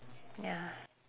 ya